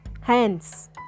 hands